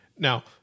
Now